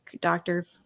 doctor